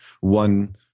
one